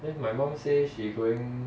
then my mum say she going